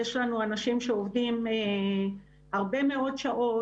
יש לנו אנשים שעובדים הרבה מאוד שעות,